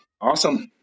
awesome